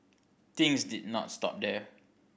things did not stop there